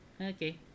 okay